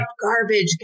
garbage